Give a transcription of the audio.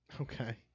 Okay